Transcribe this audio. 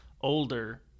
older